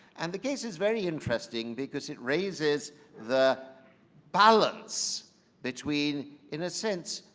and the case is very interesting because it raises the balance between, in a sense,